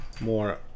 more